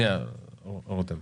שנייה רותם.